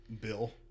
bill